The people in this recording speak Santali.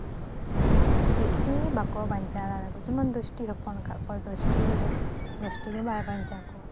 ᱵᱮᱥᱤ ᱵᱟᱠᱚ ᱵᱟᱧᱪᱟᱣ ᱫᱟᱲᱮᱭᱟᱜᱼᱟ ᱜᱩᱡᱩᱜᱼᱟᱠᱚ ᱫᱚᱥᱴᱤ ᱦᱚᱯᱚᱱ ᱟᱠᱟᱜ ᱠᱚᱣᱟᱭ ᱫᱚᱥᱴᱤ ᱨᱮᱫᱚ ᱫᱚᱥᱴᱤ ᱫᱚ ᱵᱟᱭ ᱵᱟᱧᱪᱟᱣ ᱠᱚᱣᱟ